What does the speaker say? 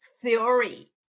theory